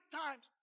times